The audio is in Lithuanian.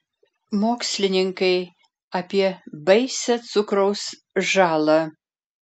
mokslininkai apie baisią cukraus žalą